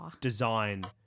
design